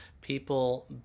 people